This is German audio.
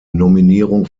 nominierung